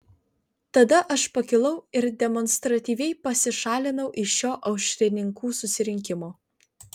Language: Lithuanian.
tada aš pakilau ir demonstratyviai pasišalinau iš šio aušrininkų susirinkimo